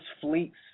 fleets